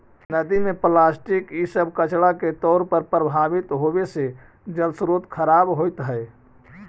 नदि में प्लास्टिक इ सब कचड़ा के तौर पर प्रवाहित होवे से जलस्रोत खराब होइत हई